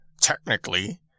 technically